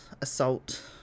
assault